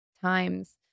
times